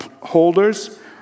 holders